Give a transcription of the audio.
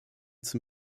zum